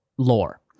Lore